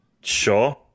Sure